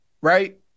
Right